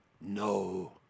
No